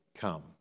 come